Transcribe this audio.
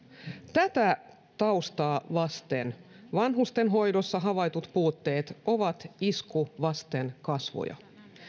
tätä taustaa vasten vanhusten hoidossa havaitut puutteet ovat isku vasten kasvoja